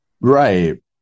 Right